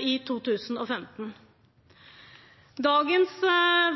i 2015. Dagens